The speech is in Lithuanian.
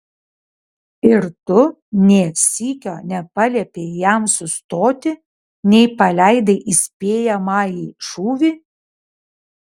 ir tu nė sykio nepaliepei jam sustoti nei paleidai įspėjamąjį šūvį